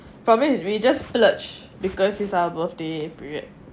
for me is we just splurge because it's our birthday period